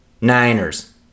Niners